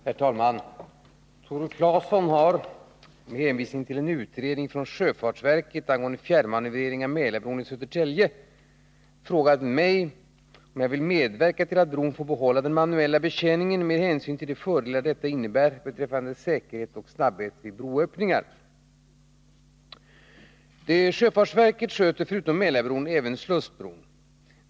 Herr talman! Tore Claeson har, med hänvisning till en utredning från sjöfartsverket angående fjärrmanövrering av Mälarbron i Södertälje, frågat mig om jag vill medverka till att bron får behålla den manuella betjäningen med hänsyn till de fördelar detta innebär beträffande säkerhet och snabbhet vid broöppningar. Sjöfartsverket sköter förutom Mälarbron även Slussbron.